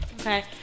Okay